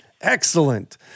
Excellent